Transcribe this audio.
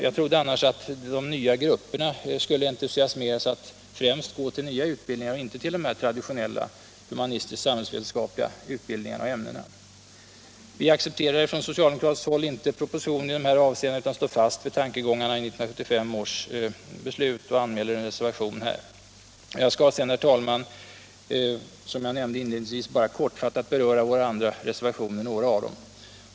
Jag trodde annars att de nya grupperna skulle entusiasmeras att främst gå till nya utbildningar och inte till traditionellt humanistiskt-samhällsvetenskapliga ämnen och utbildningar. Vi accepterar från socialdemokratiskt håll inte propositionen i de här avseendena utan står fast vid tankegångarna i 1975 års beslut och anmäler en reservation här. Jag skall sedan, herr talman, som jag nämnde inledningsvis bara kortfattat beröra några av våra andra reservationer.